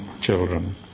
children